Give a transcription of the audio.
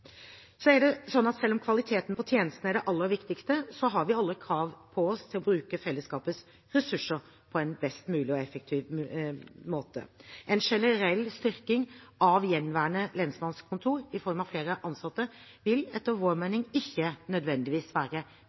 Så er det slik at selv om kvaliteten på tjenestene er det aller viktigste, har vi alle krav på oss til å bruke fellesskapets ressurser på en mest mulig effektiv måte. En generell styrking av gjenværende lensmannskontorer i form av flere ansatte vil etter vår mening ikke nødvendigvis være